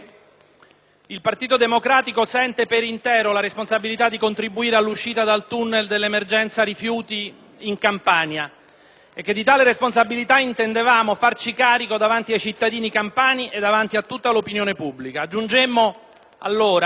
il Partito Democratico sente per intero la responsabilità di contribuire all'uscita dal tunnel dell'emergenza rifiuti in Campania e che di tale responsabilità intendevamo farci carico davanti ai cittadini campani e davanti a tutta l'opinione pubblica.